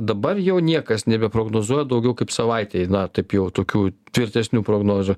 dabar jau niekas nebeprognozuoja daugiau kaip savaitei na taip jau tokių tvirtesnių prognozių